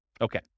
Okay